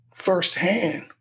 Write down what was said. firsthand